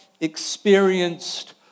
experienced